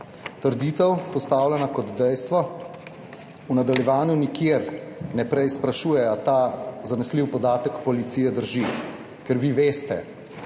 Trditev, postavljena kot dejstvo, v nadaljevanju nikjer ne preizprašuje, ali ta zanesljiv podatek policije drži, kar vi veste,